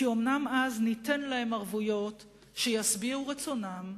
אומנם אז ניתן להם ערבויות שישביעו רצונם,